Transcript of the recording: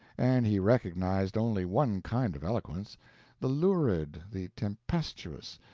and he recognized only one kind of eloquence the lurid, the tempestuous,